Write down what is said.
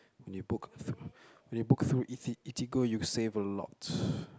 when you book through when you book through eati~ eatigo you save a lot